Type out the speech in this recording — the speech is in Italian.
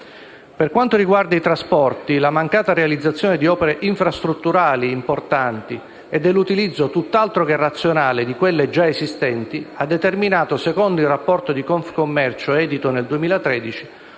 per quanto riguarda i trasporti (logistica), la mancata realizzazione di opere infrastrutturali importanti e dell'utilizzo, tutt'altro che razionale, di quelle già esistenti ha determinato, secondo il rapporto di Confcommercio "Trasporti